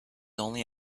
only